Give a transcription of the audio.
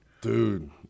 Dude